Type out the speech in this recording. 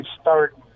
start